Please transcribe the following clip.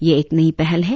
यह एक नई पहल है